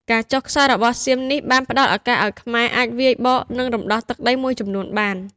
ការចុះខ្សោយរបស់សៀមនេះបានផ្ដល់ឱកាសឱ្យខ្មែរអាចវាយបក និងរំដោះទឹកដីមួយចំនួនបាន។